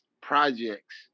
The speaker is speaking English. projects